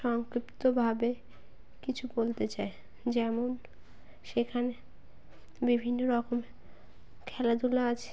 সংক্ষিপ্ত ভাবে কিছু বলতে চাই যেমন সেখানে বিভিন্ন রকমের খেলাধূলা আছে